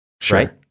Sure